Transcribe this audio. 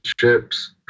ships